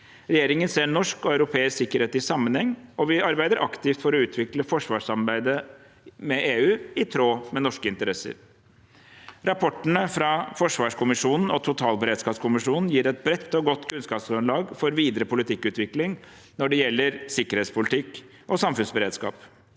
Regjeringen ser norsk og europeisk sikkerhet i sammenheng, og vi arbeider aktivt for å utvikle forsvarssamarbeidet med EU i tråd med norske interesser. Rapportene fra forsvarskommisjonen og totalberedskapskommisjonen gir et bredt og godt kunnskapsgrunnlag for videre politikkutvikling når det gjelder sikkerhetspolitikk og samfunnsberedskap.